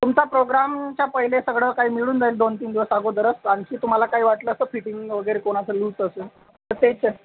तुमच्या प्रोग्रामच्या पहिले सगळं काही मिळून जाईल दोन तीन दिवस अगोदरच आणखी तुम्हाला काही वाटलंच तर फिटिंग वगैरे कोणाचं लूज तसं तर ते